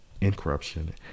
incorruption